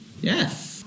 Yes